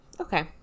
Okay